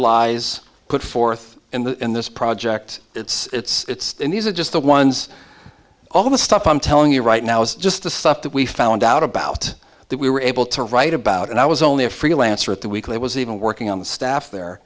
lies put forth in the in this project it's these are just the ones all the stuff i'm telling you right now is just the stuff that we found out about that we were able to write about and i was only a freelancer at the weekly was even working on the staff there